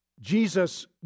Jesus